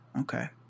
Okay